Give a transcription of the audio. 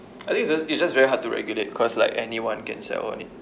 I think it's just it's just very hard to regulate because like anyone can sell on it